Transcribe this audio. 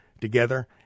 together